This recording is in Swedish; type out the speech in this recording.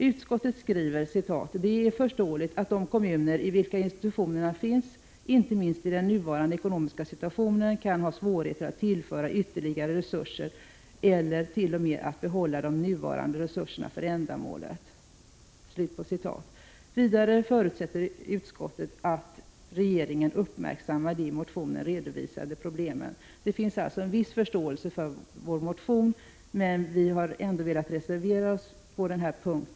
Utskottet skriver: ”Det är förståeligt att de kommuner, i vilka institutionerna finns, inte minst i den nuvarande ekonomiska situationen kan ha svårigheter att tillföra ytterligare resurser eller t.o.m. att behålla de nuvarande resurserna för ändamålet.” Vidare förutsätter utskottet ”att regeringen uppmärksammar de i motionerna redovisade problemen”. Det | finns alltså en viss förståelse för vår motion, men vi har ändå velat reservera oss på denna punkt.